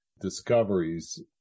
discoveries